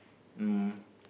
um